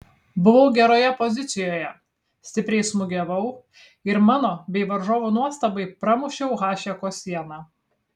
buvau geroje pozicijoje stipriai smūgiavau ir mano bei varžovų nuostabai pramušiau hašeko sieną